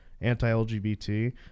anti-LGBT